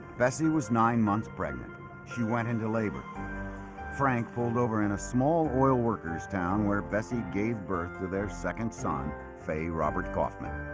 bessie was nine months pregnant she went into labor frank pulled over in a small oil workers town where bessie gave birth to their second son faye robert kaufman